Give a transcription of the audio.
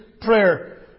prayer